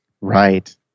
Right